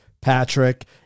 Patrick